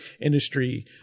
industry